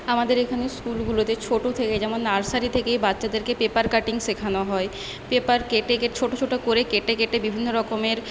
আমাদের এখানে স্কুলগুলোতে ছোট থেকে যেমন নার্সারি থেকেই বাচ্চাদেরকে পেপার কাটিং শেখানো হয় পেপার কেটে কেটে ছোট ছোট করে কেটে কেটে বিভিন্ন রকমের